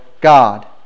God